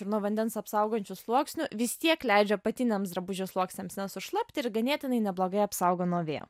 ir nuo vandens apsaugančiu sluoksniu vis tiek leidžia apatiniams drabužių sluoksniams nesušlapti ir ganėtinai neblogai apsaugo nuo vėjo